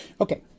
Okay